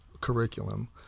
curriculum